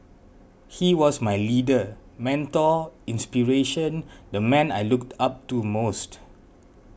he was my leader mentor inspiration the man I looked up to most